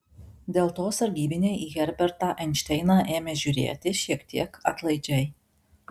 dėl to sargybiniai į herbertą einšteiną ėmė žiūrėti šiek tiek atlaidžiai